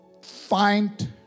find